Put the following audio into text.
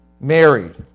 married